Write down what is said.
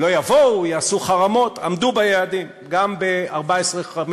לא יבואו, יעשו חרמות, עמדו ביעדים גם ב-14'-15',